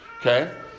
okay